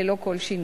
ללא כל שינוי.